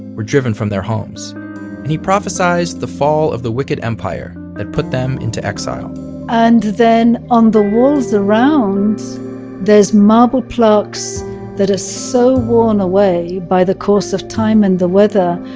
were driven from their homes. and he prophesied the fall of the wicked empire that put them into exile and then on the walls around there's marble plaques that are so worn away by the course of time and the weather.